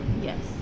yes